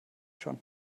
schon